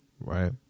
right